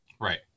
right